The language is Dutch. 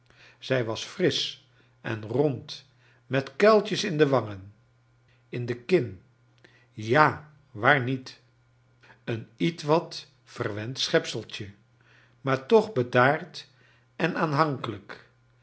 zij was frisch en rond met kuiltjes in de wangen in de kin ja waar niet een ietwat verwend schepseltje maar toch bedaard en aanhankelijk